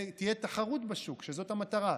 תהיה תחרות בשוק, שזאת המטרה.